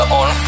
on